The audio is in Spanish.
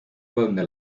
donde